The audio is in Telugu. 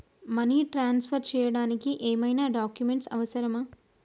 మనీ ట్రాన్స్ఫర్ చేయడానికి ఏమైనా డాక్యుమెంట్స్ అవసరమా?